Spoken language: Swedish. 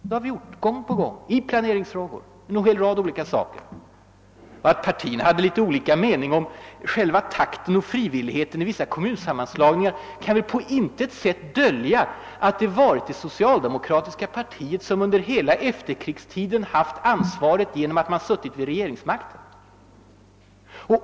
Det har vi gjort, gång på gång, i en hel rad olika planeringsfrågor. Att partierna hade litet olika mening om själva takten och frivilligheten vid vissa kommunsammanslagningar kan väl på intet sätt dölja det faktum att det är det socialdemokratiska partiet som under hela efterkrigstiden haft huvudansvaret genom att man suttit vid regeringsmakten.